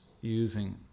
using